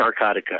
Narcotica